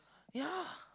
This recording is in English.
ya